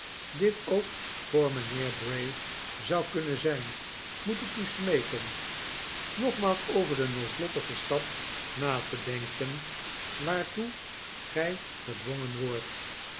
dit ook voor mijnheer bray zou kunnen zijn moet ik u stneeken nogmaals over den noodlottigen stap na te denken waartoe gij gedwongen wordt